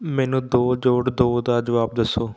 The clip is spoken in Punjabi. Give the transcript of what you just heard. ਮੈਨੂੰ ਦੋ ਜੋੜ ਦੋ ਦਾ ਜਵਾਬ ਦੱਸੋ